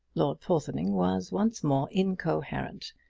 lord porthoning was once more incoherent.